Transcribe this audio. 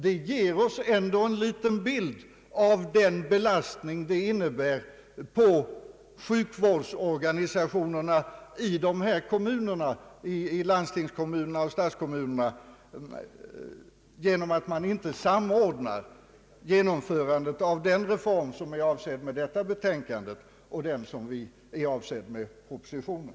Detta ger oss ändå en bild av den belastning det innebär på sjukvårdsorganisationerna i vissa landstingsoch stadskommuner att man inte samordnar genomförandet av den reform som är avsedd med detta betänkande och den som är avsedd med propositionen.